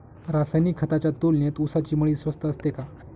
रासायनिक खतांच्या तुलनेत ऊसाची मळी स्वस्त असते का?